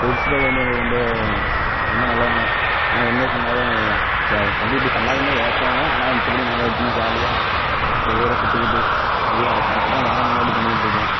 principal வந்து எங்களுக்கு ரொம்ப ரொம்ப நல்லவங்க நாங்கள் என்ன பண்ணிணாலும் ச தம்பி இப்படி பண்ணாதீங்க ஏசுவாங்க ஆனால் மித்தபடி நாங்கள் சும்மா ஜாலியாக அப்படி ஊரை சுற்றிக்கிட்டு அப்படி தான் கிடப்போம் இப்படி தான் தினமும் நாங்கள் பண்ணிகிட்ருப்போம்